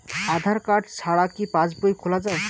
আধার card ছাড়া কি পাসবই খোলা যায়?